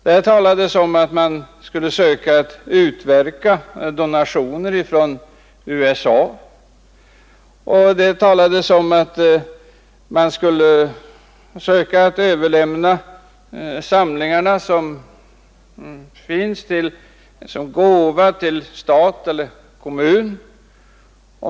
Där talades om att man skulle söka utverka särskilda donationer från USA, och det talades om att man skulle söka överlämna samlingarna som gåva till stat eller kommun.